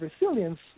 resilience